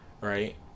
Right